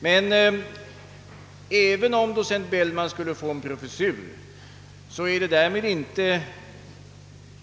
Men även om docent Bellman får en professur är det därmed inte